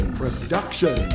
production